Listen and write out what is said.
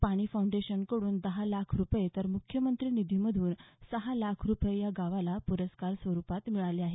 पाणी फाउंडेशन कडून दहा लाख रुपये तर मुख्यमंत्री निधीतून सहा लाख रुपये या गावाला पुरस्कार स्वरूपात मिळाले आहेत